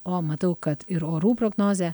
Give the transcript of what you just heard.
o matau kad ir orų prognozę